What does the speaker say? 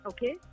Okay